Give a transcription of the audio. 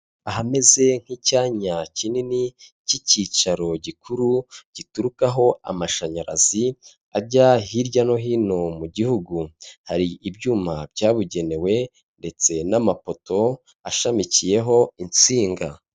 Ahameze nk'icyanya kinini cy'icyicaro gikuru giturukaho amashanyarazi ajya hirya no hino mu gihugu. Hari ibyuma byabugenewe ndetse n'amapoto ashamikiyeho insinga.